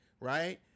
right